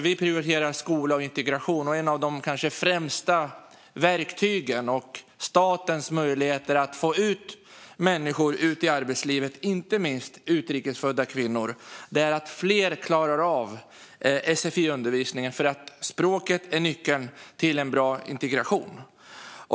Vi prioriterar skola och integration, och ett av statens främsta verktyg för att få ut människor i arbetslivet, inte minst utrikes födda kvinnor, är att fler klarar av sfi-undervisningen, eftersom språket är nyckeln till en bra integration.